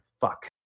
fuck